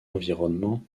environnement